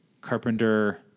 Carpenter